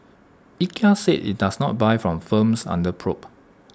Ikea said IT does not buy from firms under probe